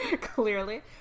clearly